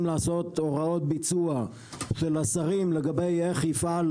לעשות הוראות ביצוע של השרים לגבי איך יפעל,